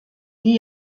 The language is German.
die